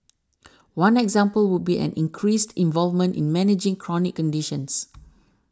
one example would be an increased involvement in managing chronic conditions